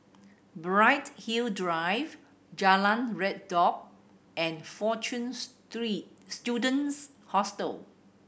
Bright Hill Drive Jalan Redop and Fortune Students Hostel